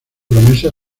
promesa